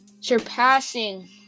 surpassing